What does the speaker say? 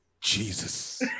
jesus